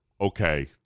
okay